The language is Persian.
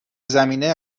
زمینه